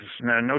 No